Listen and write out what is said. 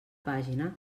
pàgina